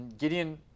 Gideon